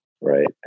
right